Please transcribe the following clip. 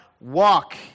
walk